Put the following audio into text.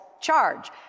charge